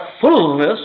fullness